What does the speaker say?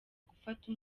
gufata